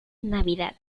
navidad